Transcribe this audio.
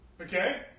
Okay